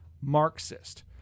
marxist